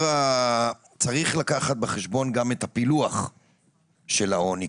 צריך לקחת בחשבון גם את הפילוח של העוני,